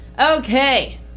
Okay